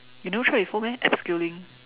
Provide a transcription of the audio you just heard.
you never try before meh abseiling